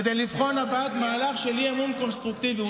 כדי לבחון הבעת מהלך של אי-אמון קונסטרוקטיבי,